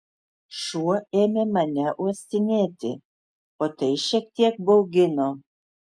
šuo ėmė mane uostinėti o tai šiek tiek baugino